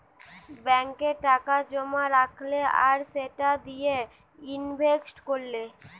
ব্যাংকে টাকা জোমা রাখলে আর সেটা দিয়ে ইনভেস্ট কোরলে